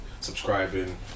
subscribing